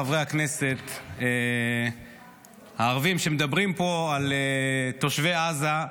חברי הכנסת הערבים שמדברים פה על תושבי עזה,